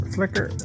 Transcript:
Flicker